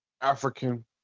African